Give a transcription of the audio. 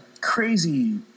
crazy